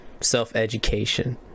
self-education